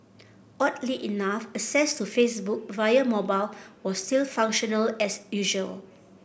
oddly enough access to Facebook via mobile was still functional as usual